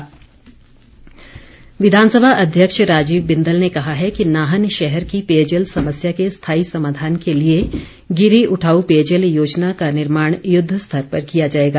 बिंदल विधानसभा अध्यक्ष राजीव बिंदल ने कहा है कि नाहन शहर की पेयजल समस्या के स्थाई समाधान के लिए गिरी उठाऊ पेयजल योजना का निर्माण युद्ध स्तर पर किया जाएगा